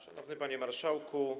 Szanowny Panie Marszałku!